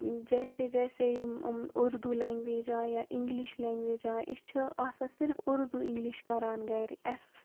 جیسے جیسے یِم یِم اردوٗ لیٚنٛگویج آیہ اِنٛگلِش لیٚنٛگویج آیہِ أسۍ چھِ آسان صرف اردوٗ اِنٛگلِش کَران گَرِ اَسہِ اوس